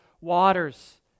waters